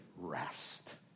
rest